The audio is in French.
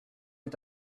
est